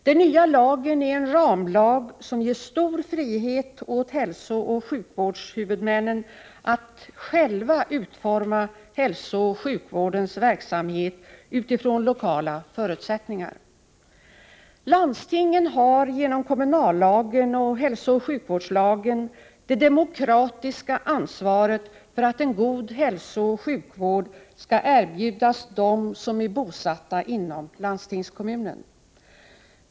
Den nya lagen är en ramlag som ger stor frihet åt hälsooch sjukvårdshuvudmännen att själva utforma hälsooch sjukvårdens verksamhet utifrån lokala förutsättningar. Landstingen har genom kommunallagen och hälsooch sjukvårdslagen det demokratiska ansvaret för att en god hälsooch sjukvård skall erbjudas dem som är bosatta inom landstingskommunen.